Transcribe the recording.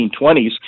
1920s